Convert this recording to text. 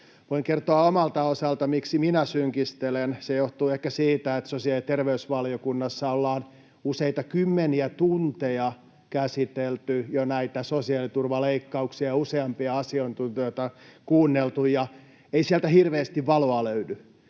Voin kertoa omalta osaltani, miksi minä synkistelen. Se johtuu ehkä siitä, että sosiaali- ja terveysvaliokunnassa on useita kymmeniä tunteja jo käsitelty näitä sosiaaliturvaleikkauksia, useampia asiantuntijoita kuunneltu, ja ei sieltä hirveästi valoa löydy,